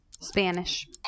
Spanish